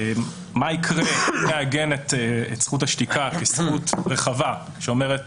מה יקרה אם נעגן את זכות השתיקה כזכות רחבה שאומרת